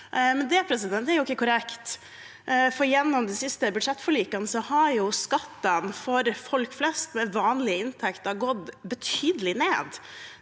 vanlige folk. Det er ikke korrekt, for gjennom de siste budsjettforlikene har skattene for folk flest med vanlige inntekter gått betydelig ned